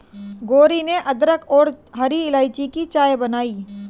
गौरी ने अदरक और हरी इलायची की चाय बनाई